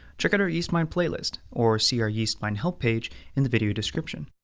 check out our yeastmine playlist or see our yeastmine help page in the video description.